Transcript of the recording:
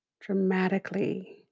dramatically